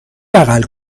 بغل